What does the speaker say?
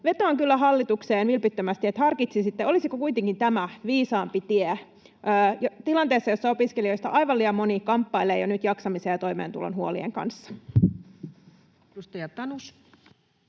Vetoan kyllä hallitukseen vilpittömästi, että harkitsisitte, olisiko kuitenkin tämä viisaampi tie tilanteessa, jossa opiskelijoista aivan liian moni kamppailee jo nyt jaksamisen ja toimeentulon huolien kanssa.